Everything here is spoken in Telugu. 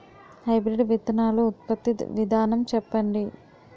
హైబ్రిడ్ విత్తనాలు ఉత్పత్తి విధానం చెప్పండి?